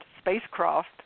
spacecraft